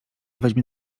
weźmie